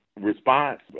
response